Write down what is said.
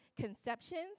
conceptions